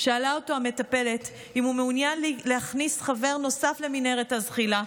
שאלה אותו המטפלת אם הוא מעוניין להכניס חבר נוסף למנהרת הזחילה.